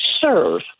serve